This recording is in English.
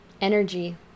Energy